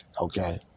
Okay